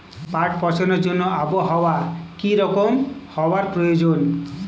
পাট পচানোর জন্য আবহাওয়া কী রকম হওয়ার প্রয়োজন?